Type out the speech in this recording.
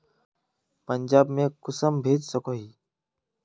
पंजाब में कुंसम भेज सकोही?